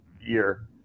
year